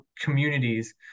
communities